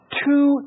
two